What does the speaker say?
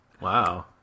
Wow